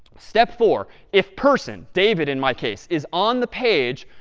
step four, if person david, in my case is on the page,